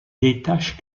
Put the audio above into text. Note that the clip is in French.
détache